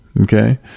okay